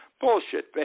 bullshit